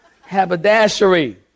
Haberdashery